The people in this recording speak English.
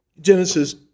Genesis